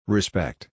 Respect